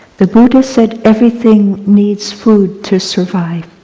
the buddha said everything needs food to survive.